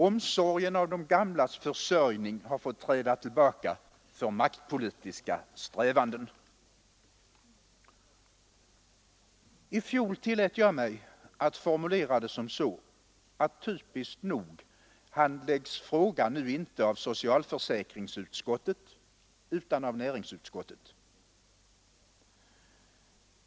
Omsorgen om de gamlas försörjning har fått träda tillbaka för maktpolitiska strävanden, I fjol tillät jag mig att formulera det som så att typiskt nog handläggs frågan nu inte av socialförsäkringsutskottet utan av näringsutskottet.